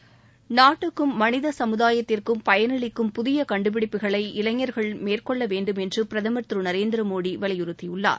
இனி விரிவான செய்திகள் நாட்டுக்கும் மனித சமுதாயத்திற்கும் பயனளிக்கும் புதிய கண்டுபிடிப்புகளை இளைஞர்கள் மேற்கொள்ள வேண்டும் என்று பிரதமர் திரு நரேந்திர மோடி வலியுறுத்தியுள்ளார்